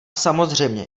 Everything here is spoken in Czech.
samozřejmě